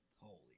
Holy